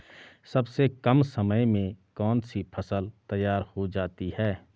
सबसे कम समय में कौन सी फसल तैयार हो जाती है?